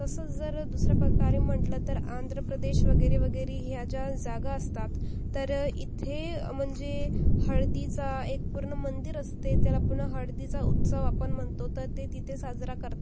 तसं जर दुसरा प्रकारे म्हटलं तर आंध्र प्रदेश वगैरे वगैरे ह्या ज्या जागा असतात तर इथे म्हणजे हळदीचा एक पूर्ण मंदिर असते त्याला पुन्हा हळदीचा उत्सव आपण म्हणतो तर ते तिथे साजरा करतात